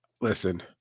listen